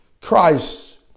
Christ